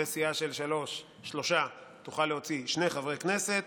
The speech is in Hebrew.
וסיעה של שלושה תוכל להוציא שני חברי כנסת.